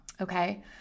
Okay